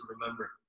remember